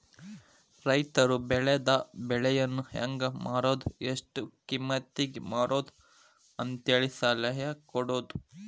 ರೈತರು ಬೆಳೆದ ಬೆಳೆಯನ್ನಾ ಹೆಂಗ ಮಾರುದು ಎಷ್ಟ ಕಿಮ್ಮತಿಗೆ ಮಾರುದು ಅಂತೇಳಿ ಸಲಹೆ ಕೊಡುದು